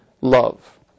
love